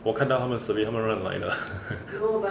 我看到他们 survey 他们乱乱来的